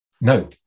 No